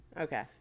Okay